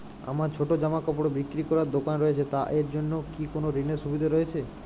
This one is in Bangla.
আমার ছোটো জামাকাপড় বিক্রি করার দোকান রয়েছে তা এর জন্য কি কোনো ঋণের সুবিধে রয়েছে?